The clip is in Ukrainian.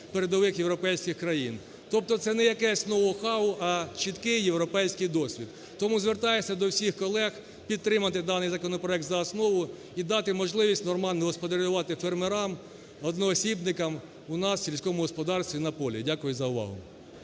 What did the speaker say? передових європейських країн. Тобто це не якесь ноу-хау, а чіткий європейський досвід. Тому звертаюсь до всіх колег підтримати даний законопроект за основу і дати можливість нормально господарювати фермерам, одноосібникам у нас, в сільському господарстві і на полі. Дякую за увагу.